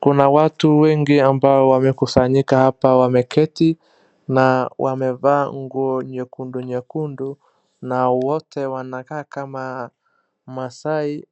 Kuna watu wengi ambao wamekusanyika hapa wameketi na wamevaa nguo nyekundu nyekundu na wote wanakaa kama Maasai